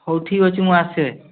ହେଉ ଠିକ୍ ଅଛି ମୁଁ ଆସେ